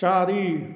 चारि